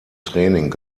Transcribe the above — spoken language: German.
training